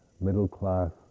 middle-class